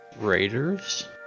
raiders